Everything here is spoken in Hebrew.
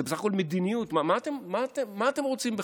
זאת בסך הכול מדיניות, מה אתם רוצים בכלל?